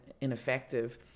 ineffective